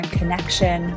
connection